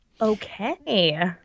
Okay